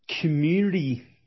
community